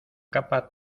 capa